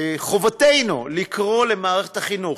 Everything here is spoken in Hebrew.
חובתנו לקרוא למערכת החינוך,